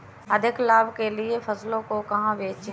अधिक लाभ के लिए फसलों को कहाँ बेचें?